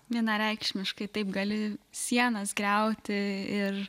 vienareikšmiškai taip gali sienas griauti ir